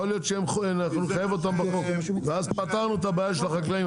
יכול להיות שנחייב אותם בחוק ואז פתרנו את הבעיה של החקלאים,